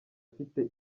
ufite